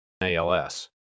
ALS